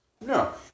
No